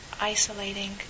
isolating